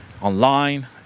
Online